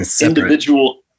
individual